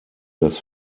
das